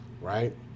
right